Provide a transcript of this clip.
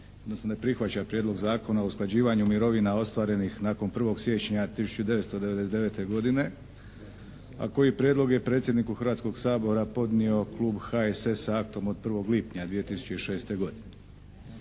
ne prihvaća Prijedlog zakona o usklađivanju mirovina ostvarenih nakon 1. siječnja 1999. godine, a koji prijedlog je predsjedniku Hrvatskog sabora podnio klub HSS-a aktom od 1. lipnja 2006. godine.